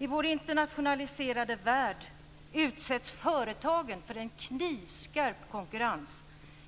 I vår internationaliserade värld utsätts företagen för en knivskarp konkurrens.